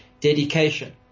dedication